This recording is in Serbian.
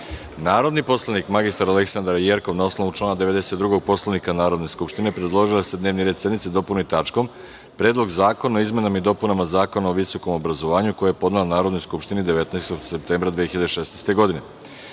predlog. Narodni poslanik mr Aleksandra Jerkov na osnovu člana 92. Poslovnika Narodne skupštine predložila je da se dnevni red sednice dopuni tačkom – Predlog zakona o izmenama i dopunama zakona o visokom obrazovanju, koji je podnela Narodnoj skupštini 19. septembra 2016. godine. Reč